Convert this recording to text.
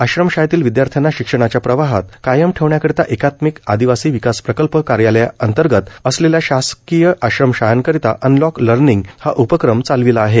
आश्रमशाळेतील विद्यार्थ्यांना शिक्षणाच्या प्रवाहात कायम ठेवण्याकरिता एकात्मिक आदिवासी विकास प्रकल्प कार्यालयांतर्गत असलेल्या शासकीय आश्रम शाळांकरिता अनलॉक लर्निंग हा उपक्रम चालविला आहे